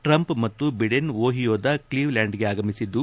Trump ಮತ್ತು Biden ಓಹಿಯೋದ ಕ್ಲಿವ್ ಲ್ಲಾಂಡ್ಗೆ ಆಗಮಿಸಿದ್ದು